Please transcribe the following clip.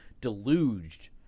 deluged